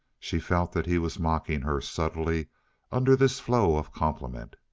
she felt that he was mocking her subtly under this flow of compliment.